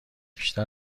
بیشتر